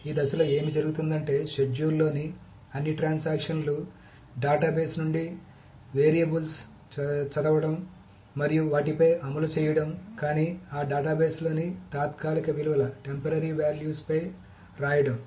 ఈ దశలో ఏమి జరుగుతుందంటే షెడ్యూల్లోని అన్ని ట్రాన్సాక్షన్ లు డేటాబేస్ నుండి వేరియబుల్స్ చదవండి మరియు వాటిపై అమలు చేయండి కానీ ఆ డేటాబేస్లోని తాత్కాలిక విలువల పై రాయండి